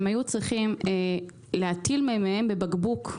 הם היו צריכים להטיל מימיהם בבקבוק בדרך.